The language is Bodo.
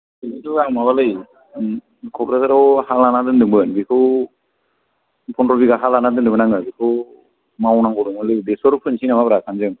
बेनोथ' आं माबालै क'क्राझाराव हा लाना दोनदोंमोन बेखौ पन्द्र' बिगा हा लानानै दोनदोंमोन आङो बेखौ मावनांगौ दङलै बेसर फोनोसै नामा सानैजों